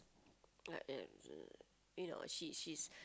like as in you know she she's